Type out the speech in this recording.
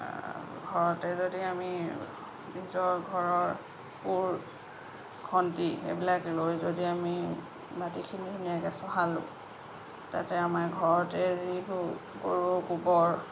ঘৰতে যদি আমি নিজৰ ঘৰৰ কোৰ খন্তি এইবিলাক লৈ যদি আমি মাটিখিনি ধুনীয়াকৈ চহালো তাতে আমাৰ ঘৰতে যিবোৰ গৰু গোবৰ